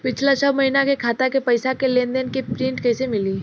पिछला छह महीना के खाता के पइसा के लेन देन के प्रींट कइसे मिली?